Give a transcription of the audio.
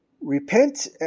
Repent